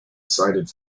cited